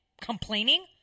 complaining